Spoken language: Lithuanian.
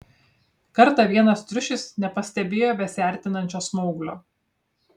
kartą vienas triušis nepastebėjo besiartinančio smauglio